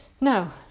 Now